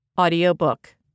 Audiobook